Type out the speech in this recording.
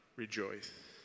rejoice